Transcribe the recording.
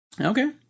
Okay